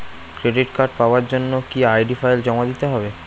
Credit card পাওয়ার জন্য কি আই.ডি ফাইল জমা দিতে হবে?